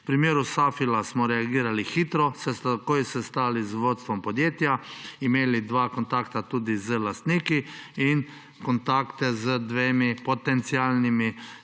V primeru Safila smo reagirali hitro, se takoj sestali z vodstvom podjetja, imeli dva kontakta tudi z lastniki in kontakte z dvema potencialnima